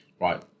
right